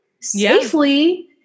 safely